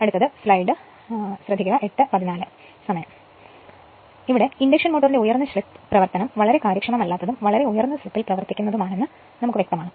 അതിനാൽ ഇൻഡക്ഷൻ മോട്ടോറിന്റെ ഉയർന്ന സ്ലിപ്പ് പ്രവർത്തനം വളരെ കാര്യക്ഷമമല്ലാത്തതും വളരെ ഉയർന്ന സ്ലിപ്പിൽ പ്രവർത്തിക്കുന്നതുമാണെന്ന് വ്യക്തമാണ്